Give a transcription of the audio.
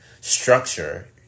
structure